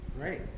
Great